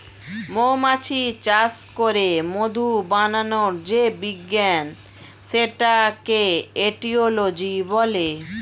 মৌমাছি চাষ করে মধু বানানোর যে বিজ্ঞান সেটাকে এটিওলজি বলে